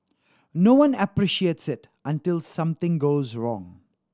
no one appreciates it until something goes wrong